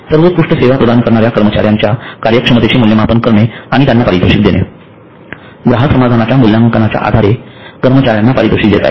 सर्वोत्कृष्ट सेवा प्रदान करणाऱ्या कर्मचाऱ्यांच्या कार्यक्षमतेचे मूल्यमापन करणे आणि त्यांना पारितोषिक देणे ग्राहक समाधानाच्या मूल्यांकनाच्या आधारे कर्मचाऱ्यांना पारितोषिक देता येते